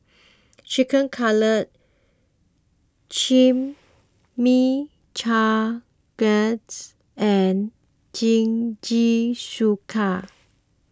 Chicken Cutlet Chimichangas and Jingisukan